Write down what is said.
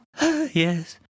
Yes